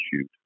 shoot